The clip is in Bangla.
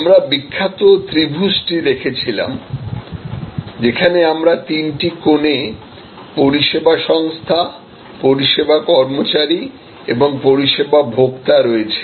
আমরা বিখ্যাত ত্রিভুজটি দেখেছিলাম যেখানে আমাদের তিনটি কোণে পরিষেবা সংস্থা পরিষেবা কর্মচারী এবং পরিষেবা ভোক্তা রয়েছে